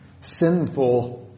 sinful